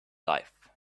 life